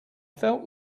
felt